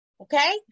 Okay